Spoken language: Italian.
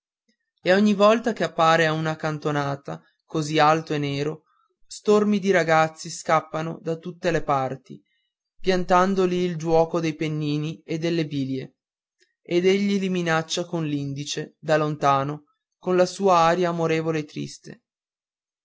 e ogni volta che appare a una cantonata così alto e nero stormi di ragazzi scappano da tutte le parti piantando lì il giuoco dei pennini e delle biglie ed egli li minaccia con l'indice da lontano con la sua aria amorevole e triste